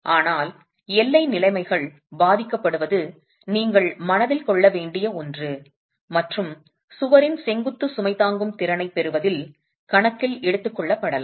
ஆனால் எல்லை நிலைமைகள் பாதிக்கப்படுவது நீங்கள் மனதில் கொள்ள வேண்டிய ஒன்று மற்றும் சுவரின் செங்குத்து சுமை தாங்கும் திறனைப் பெறுவதில் கணக்கில் எடுத்துக்கொள்ளப்படலாம்